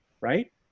right